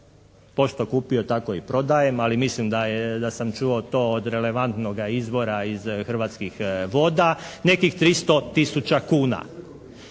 pošto kupio tako i prodajem, ali mislim da sam čuo to od relevantnoga izvora iz Hrvatskih voda, nekih 300 tisuća kuna